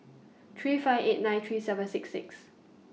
three five eight nine three seven six six